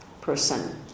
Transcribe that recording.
person